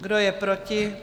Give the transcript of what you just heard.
Kdo je proti?